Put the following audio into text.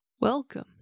Welcome